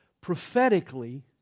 Prophetically